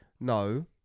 no